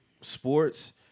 sports